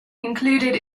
included